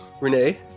Renee